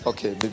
Okay